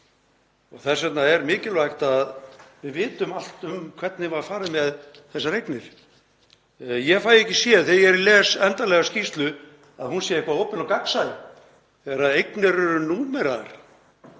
Þess vegna er mikilvægt að við vitum allt um hvernig var farið með þessar eignir. Ég fæ ekki séð þegar ég les endanlega skýrslu að hún sé eitthvað opin og gagnsæ þegar eignir eru númeraðar,